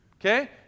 Okay